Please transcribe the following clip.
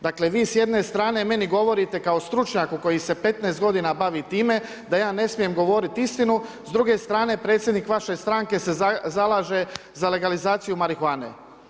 Dakle, vi s jedne strane meni govorite kao stručnjaku koji se 15 godina bavi time da ja ne smijem govoriti istinu, druge strane predsjednik vaše stranke se zalaže za legalizaciju marihuane.